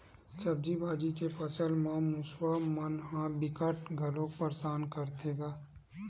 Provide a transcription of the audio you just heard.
सब्जी भाजी के फसल म मूसवा मन ह बिकट घलोक परसान करथे गा